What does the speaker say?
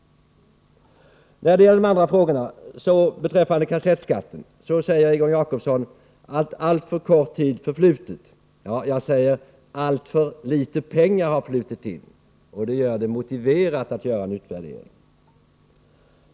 När det gäller de andra frågorna vill jag börja med kassettskatten. Egon Jacobsson säger att alltför kort tid förflutit. Jag säger att alltför litet pengar har flutit in, och det gör det motiverat att göra en utvärdering.